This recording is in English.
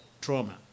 trauma